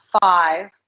five